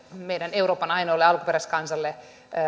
meidän euroopan ainoan alkuperäiskansan mahdollisuudet